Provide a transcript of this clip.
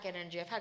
energy